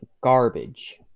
Garbage